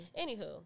Anywho